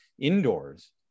indoors